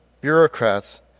bureaucrats